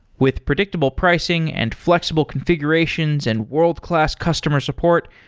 with predictable pricing and flexible configurations and world-class customer support,